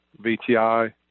VTI